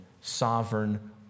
sovereign